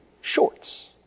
shorts